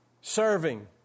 serving